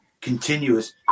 continuous